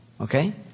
Okay